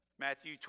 Matthew